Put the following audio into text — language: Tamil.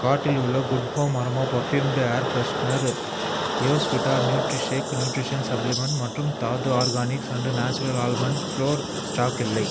கார்ட்டில் உள்ள Good Home Aroma perfumed air freshener யோஸ்விட்டா நியூட்ரிஷேக் நியூட்ரிஷன் சப்ளிமெண்ட் மற்றும் Dhatu Organics and Naturals almond flour stock இல்லை